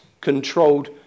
controlled